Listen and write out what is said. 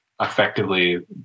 effectively